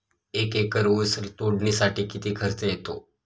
एक एकर ऊस तोडणीसाठी किती खर्च येतो?